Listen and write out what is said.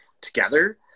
together